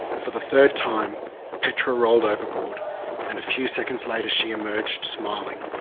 for the third time petra rolled overboard and a few seconds later she emerged, smiling,